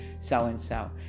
so-and-so